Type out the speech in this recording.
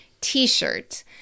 t-shirt